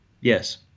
Yes